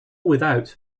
without